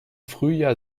frühjahr